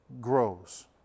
grows